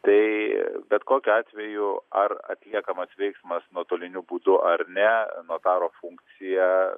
tai bet kokiu atveju ar atliekamas veiksmas nuotoliniu būdu ar ne notaro funkcija